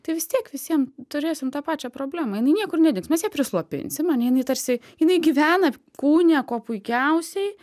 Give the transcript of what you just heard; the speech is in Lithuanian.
tai vis tiek visvien turėsim tą pačią problemą jinai niekur nedings mes ją prislopinsim ane jinai tarsi jinai gyvena kūne kuo puikiausiai